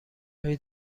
هایی